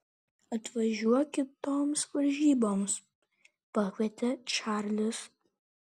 atvažiuok kitoms varžyboms pakvietė čarlis